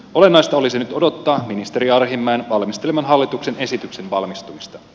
olennaista olisi nyt odottaa ministeri arhinmäen valmisteleman hallituksen esityksen valmistumista